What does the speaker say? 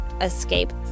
escape